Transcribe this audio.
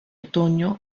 otoño